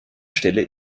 stelle